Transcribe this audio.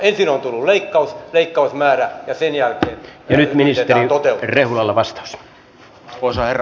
ensin on tullut leikkausmäärä ja sen jälkeen yritetään toteuttaa se